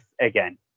again